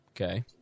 Okay